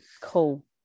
cool